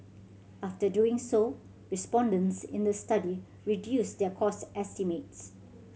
after doing so respondents in the study reduced their cost estimates